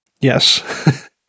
Yes